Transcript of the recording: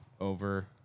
over